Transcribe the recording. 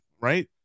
right